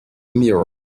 mirror